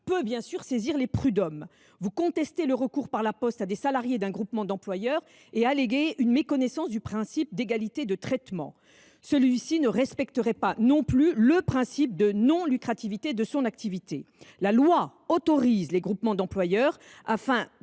peut bien sûr saisir les prud’hommes. Vous contestez le recours par La Poste à des salariés d’un groupement d’employeurs et alléguez une méconnaissance du principe d’égalité de traitement. Ce groupement ne respecterait pas non plus le principe de non lucrativité de son activité. La loi autorise les groupements d’employeurs, afin